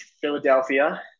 Philadelphia